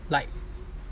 like